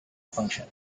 function